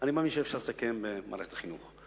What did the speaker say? אני מאמין שאפשר לסכם במערכת החינוך.